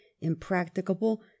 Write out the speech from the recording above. Impracticable